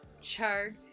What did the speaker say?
chard